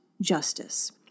justice